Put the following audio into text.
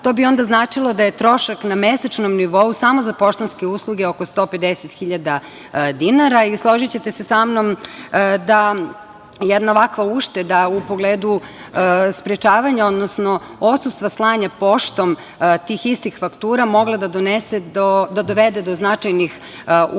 to bi onda značilo da je trošak na mesečnom nivou samo za poštanske usluge oko 150 hiljada dinara i složićete se sa mnom da jedna ovakva ušteda u pogledu sprečavanja, odnosno odsustva slanja poštom tih istih faktura mogla da dovede do značajnih ušteda